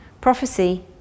prophecy